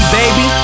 baby